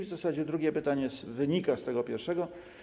W zasadzie drugie pytanie wynika z pierwszego.